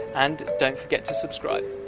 and don't forget to subscribe.